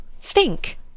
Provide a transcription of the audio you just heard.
Think